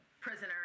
Prisoner